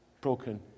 broken